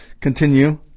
Continue